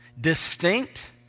Distinct